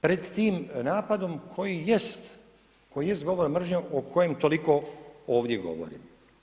Pred tim napadom koji jest, koji jest govor mržnje o kojem toliko ovdje govorimo.